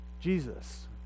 Jesus